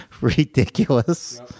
ridiculous